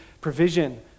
provision